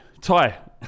Ty